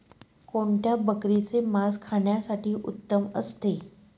कोणत्या बकरीचे मास खाण्यासाठी उत्तम असते?